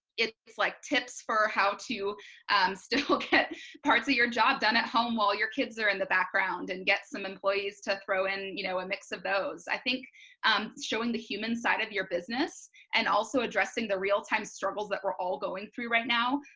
it's like tips for how to still look at parts of your job done at home while your kids are in the background and get some employees to throw in you know a mix of those. i think showing the human side of your business and also addressing the real time struggles that we're all going through right now,